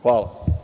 Hvala.